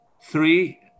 Three